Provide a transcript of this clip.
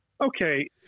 okay